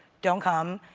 don't come.